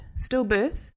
stillbirth